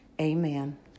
Amen